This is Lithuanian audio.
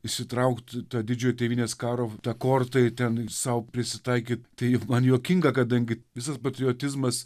įsitraukt tą didžiojo tėvynės karo tą kortą ten sau prisitaikyt tai man juokinga kadangi visas patriotizmas